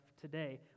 today